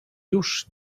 już